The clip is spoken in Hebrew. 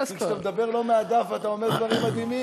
כי כשאתה מדבר לא מהדף אתה אומר דברים מדהימים.